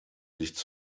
nichts